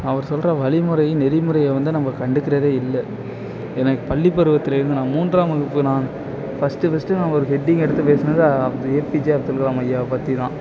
அவர் சொல்கிற வழிமுறையும் நெறிமுறையை வந்து நம்ம கண்டுக்கிறதே இல்லை எனக்கு பள்ளி பருவத்தில் இருந்து நான் மூன்றாம் வகுப்பு நான் ஃபஸ்ட் ஃபஸ்ட் நான் ஒரு ஹெட்டிங் எடுத்து பேசுனது ஏபிஜெ அப்துல் கலாம் ஐயாவை பற்றி தான்